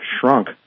shrunk